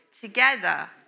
together